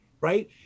right